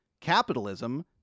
capitalism